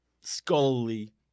scholarly